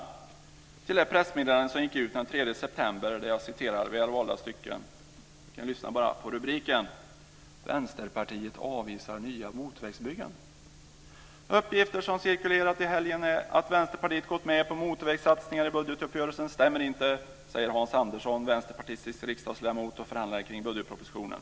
Lyssna bara på rubriken till det pressmeddelande som gick ut den 3 september, där jag refererar väl valda stycken: Uppgifter som cirkulerat i helgen att Vänsterpartiet gått med på motorvägssatsningar i budgetuppgörelsen stämmer inte, säger Hans Andersson, vänsterpartistisk riksdagsledamot och förhandlare kring budgetpropositionen.